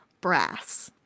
Brass